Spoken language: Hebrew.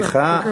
סליחה,